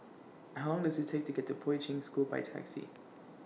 How Long Does IT Take to get to Poi Ching School By Taxi